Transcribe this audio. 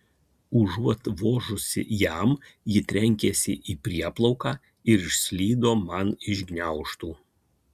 užuot vožusi jam ji trenkėsi į prieplauką ir išslydo man iš gniaužtų